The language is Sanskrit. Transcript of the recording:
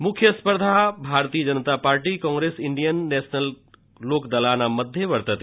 मुख्यस्पर्धा Bharatiya Janata Party Congress Indian National Lokdal दलाना मध्ये वर्तते